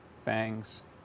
fangs